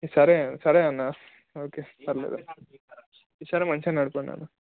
సరే సరే అన్న ఓకే పర్లేదు సరే మంచిగా నడపండి అన్న